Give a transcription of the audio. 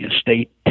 State